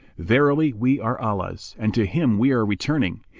verily, we are allah's and to him we are returning!